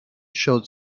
showed